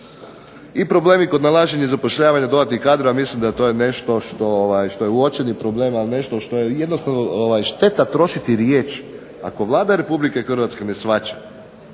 I problemi kod nalaženja i zapošljavanja dodatnih kadrova, mislim da to je nešto što je uočeni problem, ali nešto što je jednostavno šteta trošiti riječi. Ako Vlada Republike Hrvatske ne shvaća,